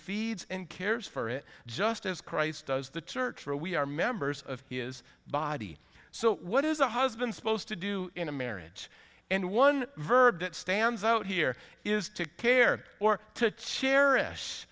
feeds and cares for it just as christ does the church for we are members of his body so what is a husband supposed to do in a marriage and one verb that stands out here is to care or to cherish